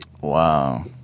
wow